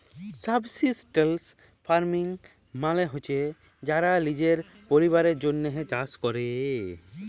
subsistence farming মালে হছে যারা লিজের পরিবারের জ্যনহে চাষ ক্যরে